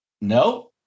No